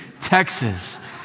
Texas